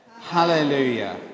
Hallelujah